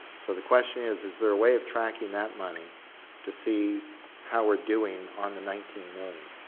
so the question is, is there a way of tracking that money to see how we're doing on the nineteen million.